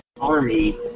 army